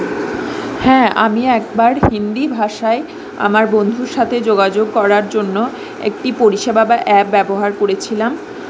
হ্যাঁ আমি একবার হিন্দি ভাষায় আমার বন্ধুর সাথে যোগাযোগ করার জন্য একটি পরিষেবা বা অ্যাপ ব্যবহার করেছিলাম